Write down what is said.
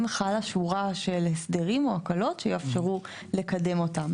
חלה שורה של הסדרים או הקלות שיאפשרו לקדם אותם.